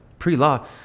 pre-law